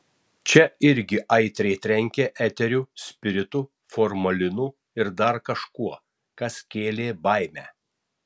čia irgi aitriai trenkė eteriu spiritu formalinu ir dar kažkuo kas kėlė baimę